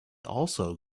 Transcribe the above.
also